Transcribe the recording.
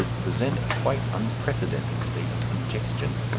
present a quite unprecedented state of congestion.